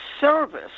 service